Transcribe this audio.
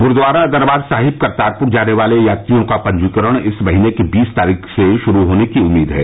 गुरूद्वारा दरबार साहिब करतारपुर जाने वाले यात्रियों का पंजीकरण इस महीने की बीस तारीख से शुरू होने की उम्मीद है